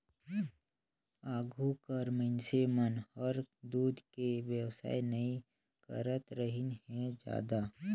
आघु कर मइनसे मन हर दूद के बेवसाय नई करतरहिन हें जादा